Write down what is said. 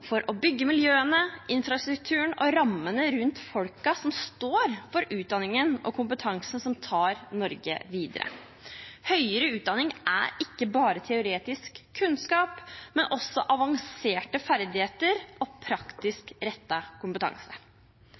for å bygge miljøene, infrastrukturen og rammene rundt folkene som står for utdanningen og kompetansen som tar Norge videre. Høyere utdanning er ikke bare teoretisk kunnskap, men også avanserte ferdigheter og praktisk rettet kompetanse.